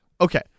Okay